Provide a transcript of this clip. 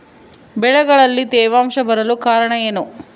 ಬೆಳೆಗಳಲ್ಲಿ ತೇವಾಂಶ ಬರಲು ಕಾರಣ ಏನು?